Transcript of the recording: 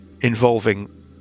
involving